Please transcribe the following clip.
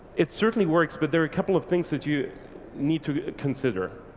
it certainly works but there are a couple of things that you need to consider.